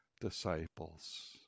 disciples